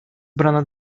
ubrana